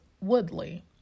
Woodley